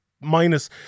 minus